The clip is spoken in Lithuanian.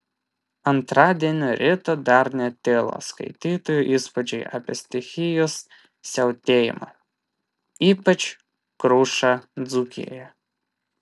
antradienio rytą dar netilo skaitytojų įspūdžiai apie stichijos siautėjimą ypač krušą dzūkijoje